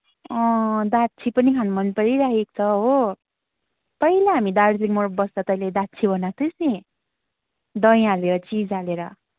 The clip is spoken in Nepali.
दाछी पनि खान मन परिरहेको छ हो पहिला हामी दार्जिलिङमा बस्दा तैँले दाछी बनाएको थिइस् नि दही हालेर चिज हालेर